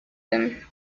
them